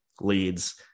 leads